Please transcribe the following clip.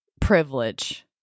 privilege